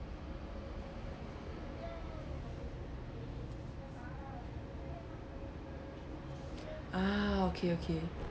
ah okay okay